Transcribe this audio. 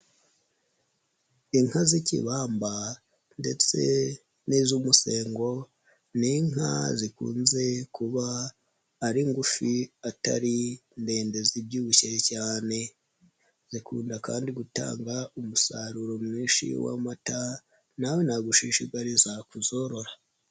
Inka z'ikibamba ndetse n'iz'umusengo ni inka zikunze kuba ari ngufi atari ndende zibyibushye cyane, zikunda kandi gutanga umusaruro mwinshi w'amata nawe nagushishikariza kuzorora.